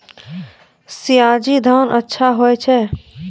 सयाजी धान अच्छा होय छै?